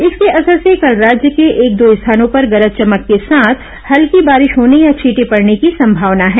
इसके असर से कल राज्य के एक दो स्थानों पर गरज चमक के साथ हल्की बारिश होने या छीटे पडने की संभावना है